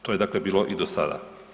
To je dakle bio i do sada.